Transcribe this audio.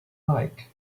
like